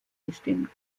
gestimmt